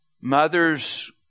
Mothers